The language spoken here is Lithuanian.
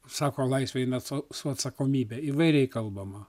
sako laisvė eina su atsakomybe įvairiai kalbama